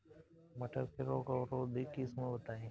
मटर के रोग अवरोधी किस्म बताई?